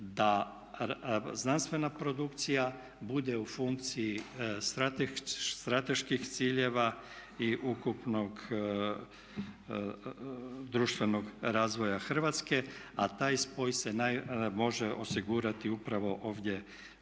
da znanstvena produkcija bude u funkciji strateških ciljeva i ukupnog društvenog razvoja Hrvatske, a taj spoj se može osigurati upravo ovdje kroz